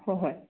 ꯍꯣꯏ ꯍꯣꯏ